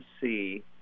see